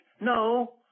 no